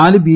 നാല് ബി